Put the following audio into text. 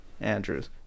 Andrews